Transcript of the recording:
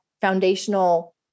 foundational